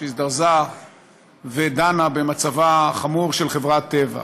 שהזדרזה ודנה במצבה החמור של חברת טבע.